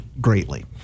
greatly